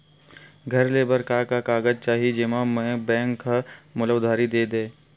घर ले बर का का कागज चाही जेम मा बैंक हा मोला उधारी दे दय?